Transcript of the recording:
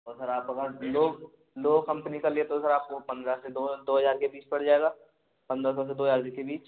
और सर आप अगर लो लो कंपनी का लेते हो तो सर आपको पन्द्रह से दो दो हज़ार के बीच पड़ जाएगा पन्द्रह सौ से दो हज़ार के बीच